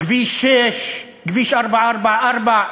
כביש 6, כביש 444,